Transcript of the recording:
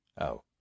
Oh